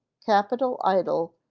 capital idle,